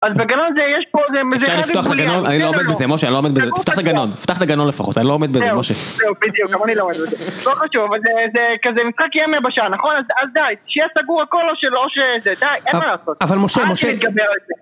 אז בגנון זה יש פה זה... אפשר לפתוח את הגנון? אני לא עומד בזה משה, אני לא עומד בזה תפתח את הגנון תפתח את הגנון לפחות, אני לא עומד בזה משה זה אופיטי, הוא כמו לי לא עומד בזה לא חשוב, זה כזה משחק ים יבשה נכון? אז די, תשאיר סגור הכל של ראש זה די, אין מה לעשות אבל משה משה... אני אגמר את זה